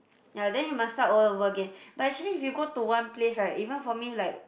ya then you must start all over again but actually if you go to one place right even for me like